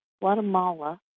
Guatemala